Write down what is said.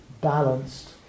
balanced